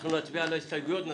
אנחנו נתחיל בהסתייגויות,